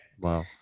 wow